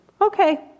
Okay